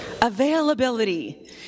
Availability